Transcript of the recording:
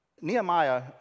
Nehemiah